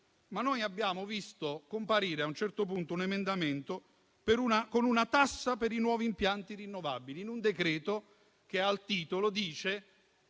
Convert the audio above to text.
Abbiamo visto comparire a un certo punto un emendamento con una tassa per i nuovi impianti rinnovabili, in un decreto che nel titolo parla